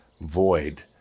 void